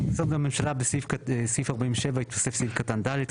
יסוד הממשלה בסעיף 47 יתווסף סעיף קטן (ד),